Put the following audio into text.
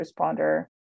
responder